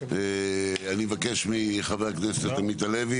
אני מבקש מחבר הכנסת עמית הלוי